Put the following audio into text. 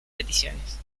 peticiones